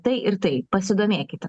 tai ir tai pasidomėkite